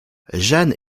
jeanne